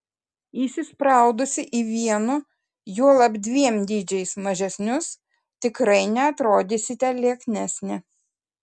įsispraudusi į vienu juolab dviem dydžiais mažesnius tikrai neatrodysite lieknesnė